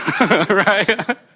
Right